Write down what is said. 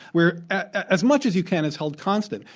where as much as you can is held constant.